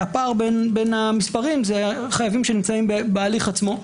הפער בין המספרים זה חייבים שנמצאים בהליך עצמו,